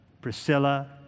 Priscilla